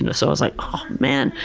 and so i was like, oh man,